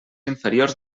inferiors